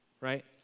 right